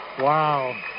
Wow